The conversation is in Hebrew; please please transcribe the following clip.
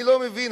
אני לא מבין.